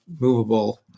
movable